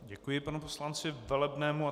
Děkuji panu poslanci Velebnému.